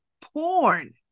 porn